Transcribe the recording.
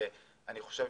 ואני חושב